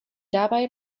dabei